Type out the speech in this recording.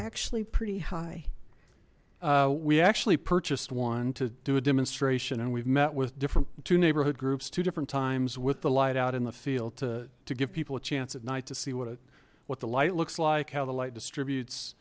actually pretty high we actually purchased one to do a demonstration and we've met with different to neighborhood groups two different times with the light out in the field to to give people a chance at night to see what a what the light looks like how the light distributes